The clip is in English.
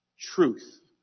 Truth